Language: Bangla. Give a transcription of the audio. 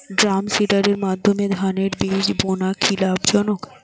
ড্রামসিডারের মাধ্যমে ধানের বীজ বোনা কি লাভজনক?